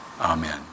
Amen